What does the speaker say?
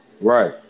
Right